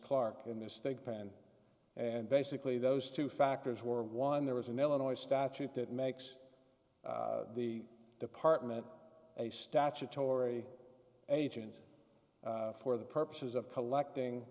clark in the state pen and basically those two factors were one there was an illinois statute that makes the department a statutory agency for the purposes of collecting